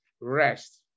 Rest